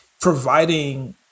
providing